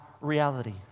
reality